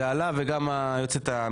זה עלה וגם היועצת המשפטית העירה על זה.